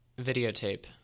videotape